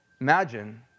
Imagine